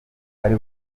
bari